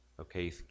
Okay